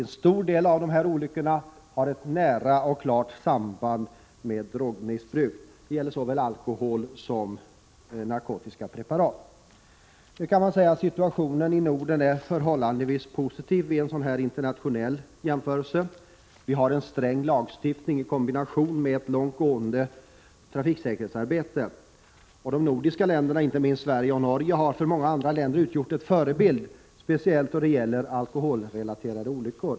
En stor del av dessa olyckor har ett nära och klart samband med drogmissbruk. Det gäller såväl alkohol som narkotiska preparat. Nu kan man säga att situationen i Norden är förhållandevis positiv vid en internationell jämförelse. Vi har en sträng lagstiftning i kombination med ett långt gående trafiksäkerhetsarbete. De nordiska länderna, inte minst Sverige och Norge, har för många andra länder utgjort en förebild, speciellt när det gäller alkoholrelaterade olyckor.